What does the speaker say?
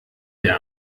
der